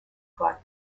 grecs